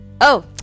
Oh